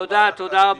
תודה רבה.